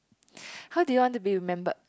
how do you want to be remembered